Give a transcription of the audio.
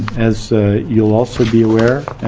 as you'll also be aware,